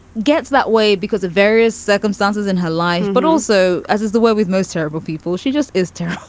gets that way because of various circumstances in her life, but also as is the way with most horrible people, she just is terrible